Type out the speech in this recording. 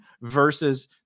versus